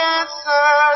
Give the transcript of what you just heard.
answer